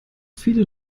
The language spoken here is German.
viele